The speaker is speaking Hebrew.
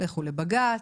לכו לבג"ץ,